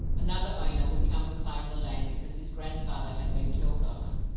another owner would come and claim the land because his grandfather had been killed on it.